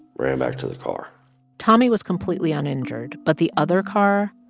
ran back to the car tommy was completely uninjured, but the other car,